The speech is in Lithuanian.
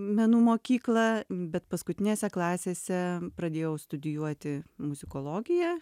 menų mokyklą bet paskutinėse klasėse pradėjau studijuoti muzikologiją